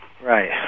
Right